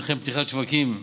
וכן פתיחת שווקים,